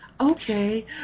okay